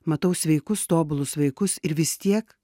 matau sveikus tobulus vaikus ir vis tiek